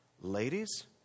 Ladies